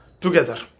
together